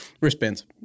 Wristbands